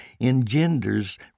engenders